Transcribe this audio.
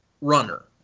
runner